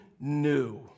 new